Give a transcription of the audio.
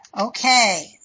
Okay